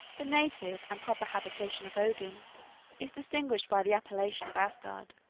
the native and proper habitation of odin is distinguished by the appellation of as-gard.